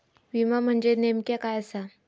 विमा म्हणजे नेमक्या काय आसा?